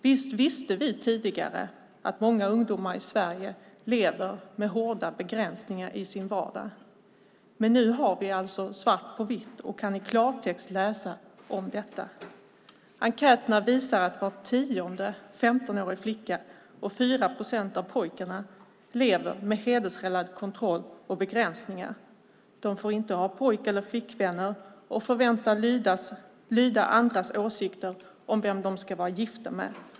Visst visste vi tidigare att många ungdomar i Sverige lever med hårda begränsningar i sin vardag, men nu har vi det alltså svart på vitt och kan i klartext läsa om detta. Enkäterna visar att var tionde 15-årig flicka och 4 procent av pojkarna lever med hedersrelaterad kontroll och begränsningar. De får inte ha pojk eller flickvänner och förväntas lyda andras åsikter om vem de ska gifta sig med.